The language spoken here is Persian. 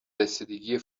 رسیدگی